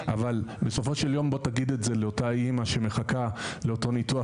אבל בסופו של יום בוא תגיד את זה לאותה אמא שמחכה לאותו ניתוח